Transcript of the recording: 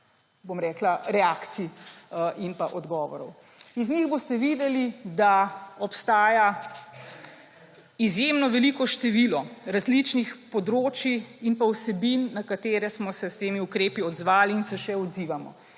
covid reakcij in odgovorov. Iz njih boste videli, da obstaja izjemno veliko število različnih področij in vsebin, na katere smo se s temi ukrepi odzvali in se še odzivamo,